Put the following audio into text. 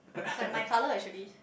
like my colour actually